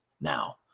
now